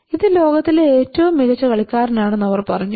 ഇത് ലോകത്തിലെ ഏറ്റവും മികച്ച കളിക്കാരനാണെന്ന് അവർ പറഞ്ഞു